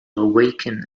awaken